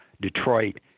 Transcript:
Detroit